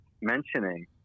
mentioning